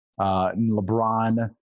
LeBron